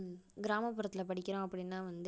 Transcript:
கிராமப்புறத்தில் படிக்கிறோம் அப்படின்னா வந்து